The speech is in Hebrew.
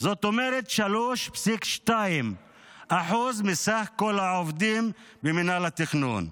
זאת אומרת 3.2% מסך כל העובדים במינהל התכנון.